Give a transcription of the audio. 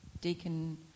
deacon